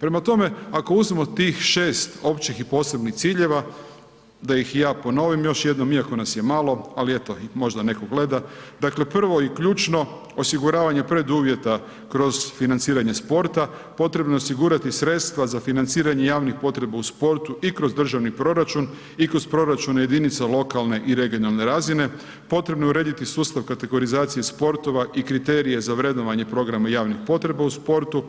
Prema tome, ako uzmemo tih 6 općih i posebnih ciljeva da ih i ja ponovim još jednom iako n as je malo ali eto, možda netko gleda, dakle prvo i ključno osiguravanje preduvjeta kroz financiranje sporta, potrebno je osigurati sredstva za financiranje javnih potreba u sportu i kroz državni proračun i kroz proračune jedinica lokalne i regionalne razine, potrebno je urediti sustav kategorizacije sportova i kriterije za vrednovanje programa javnih potreba u sportu,